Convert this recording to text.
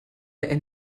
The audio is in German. der